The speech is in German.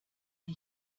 wie